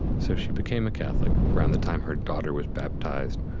so she became a catholic around the time her daughter was baptized.